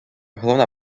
головна